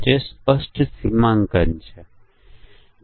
અને બધી સ્થાનિક ફ્લાઇટ્સ માટે ભોજન આપવામાં આવે છે